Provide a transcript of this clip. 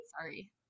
Sorry